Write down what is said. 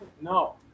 No